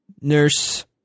Nurse